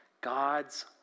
God's